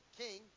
king